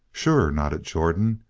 sure, nodded jordan,